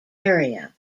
area